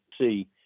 see